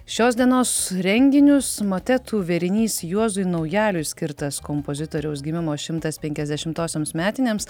šios dienos renginius motetų vėrinys juozui naujaliui skirtas kompozitoriaus gimimo šimtas penkiasdešimtosioms metinėms